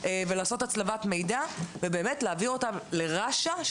ולעשות הצלבת מידע ולהעביר אותם לרש"א.